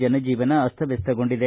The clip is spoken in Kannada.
ಜನಜೀವನ ಅಸ್ತವಸ್ತಗೊಂಡಿದೆ